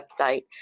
website